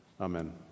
Amen